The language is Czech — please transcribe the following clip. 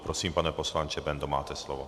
Prosím, pane poslanče Bendo, máte slovo.